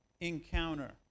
encounter